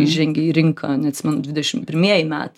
įžengė į rinką neatsimenu dvidešim pirmieji metai